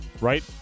right